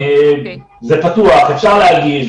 זה פתוח ואפשר להגיש.